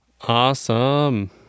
Awesome